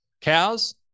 cows